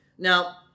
Now